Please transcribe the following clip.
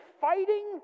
fighting